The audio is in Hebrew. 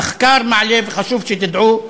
המחקר מעלה, וחשוב שתדעו,